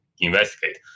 investigate